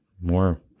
more